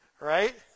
Right